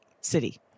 city